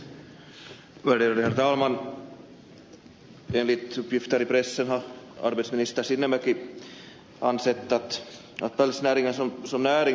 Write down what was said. enligt uppgifter i pressen har arbetsminister sinnemäki ansett att pälsnäringen som näring bör förbjudas i finland